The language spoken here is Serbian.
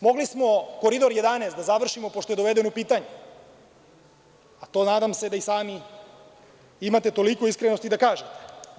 Mogli smo Koridor 11 da završimo, pošto je doveden u pitanje, a to nadam se da i sami imate toliko iskrenosti da kažete.